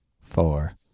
four